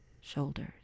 shoulders